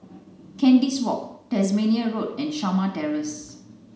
Kandis Walk Tasmania Road and Shamah Terrace